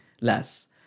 Less